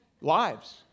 lives